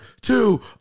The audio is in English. two